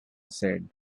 said